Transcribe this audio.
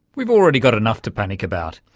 we've already got enough to panic about!